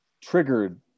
triggered